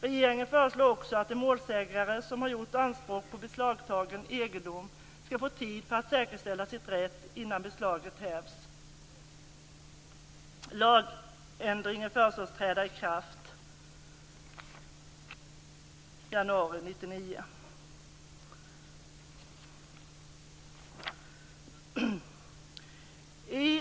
Regeringen föreslår också att en målsägande som har gjort anspråk på beslagtagen egendom skall få tid för att säkerställa sin rätt innan beslaget hävs. Lagändringarna föreslås träda i kraft i januari 1999.